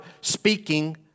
speaking